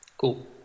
Cool